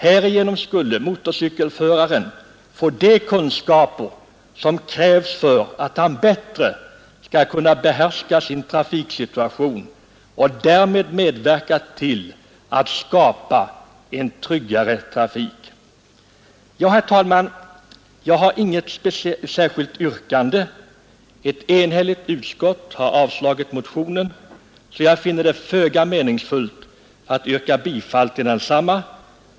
Härigenom skulle motorcykelföraren få de kunskaper som krävs för att han bättre skall kunna behärska sin trafiksituation och därmed medverka till att skapa en tryggare trafik. Herr talman! Jag har inget särskilt yrkande. Ett enhälligt utskott har avstyrkt motionen, så jag finner det föga meningsfullt att yrka bifall till densamma.